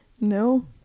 No